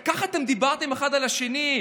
ככה אתם דיברתם אחד על השני?